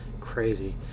crazy